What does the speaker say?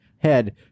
head